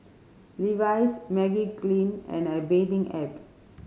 Levi's Magiclean and A Bathing Ape